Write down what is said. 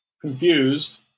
confused